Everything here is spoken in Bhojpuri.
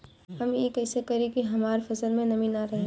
हम ई कइसे करी की हमार फसल में नमी ना रहे?